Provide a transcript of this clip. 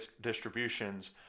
distributions